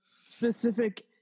specific